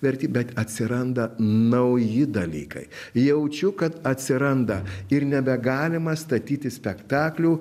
vertyb bet atsiranda nauji dalykai jaučiu kad atsiranda ir nebegalima statyti spektaklių